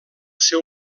seu